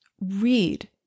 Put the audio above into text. read